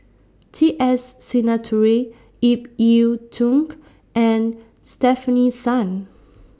T S Sinnathuray Ip Yiu Tung and Stefanie Sun